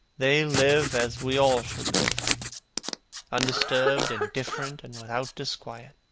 they live as we all should live undisturbed, indifferent, and without disquiet.